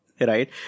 right